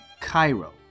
Cairo